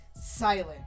silent